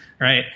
right